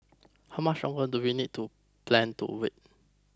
how much longer do we need to plan to wait